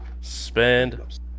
Spend